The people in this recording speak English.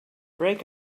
break